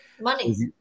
Money